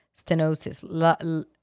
stenosis